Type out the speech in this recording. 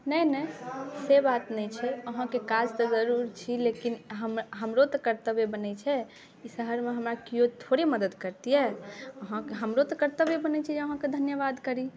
नहि नहि से बात नहि छै अहाँके काज तऽ जरूर छी लेकिन अहाँ हम हमरो तऽ कर्तव्य बनै छै ई शहरमे हमरा केओ थोड़े मदति करतिए अहाँके हमरो तऽ कर्तव्य बनै छै अहाँके धन्यवाद करी